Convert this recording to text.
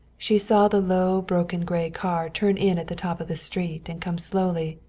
she saw the low broken gray car turn in at the top of the street and come slowly,